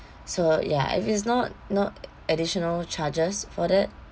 so ya if it's not no additional charges for that